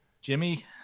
Jimmy